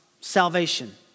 salvation